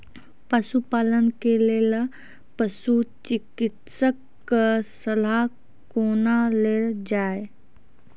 पशुपालन के लेल पशुचिकित्शक कऽ सलाह कुना लेल जाय?